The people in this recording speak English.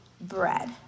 bread